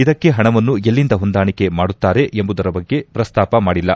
ಇದಕ್ಕೆ ಹಣವನ್ನು ಎಲ್ಲಿಂದ ಹೊಂದಾಣಿಕೆ ಮಾಡುತ್ತಾರೆ ಎಂಬುದರ ಬಗ್ಗೆ ಪ್ರಸ್ತಾಪ ಮಾಡಿಲ್ಲ